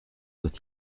doit